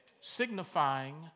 signifying